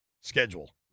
schedule